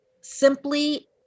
simply